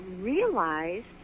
realized